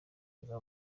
iba